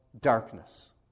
darkness